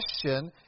question